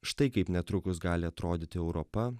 štai kaip netrukus gali atrodyti europa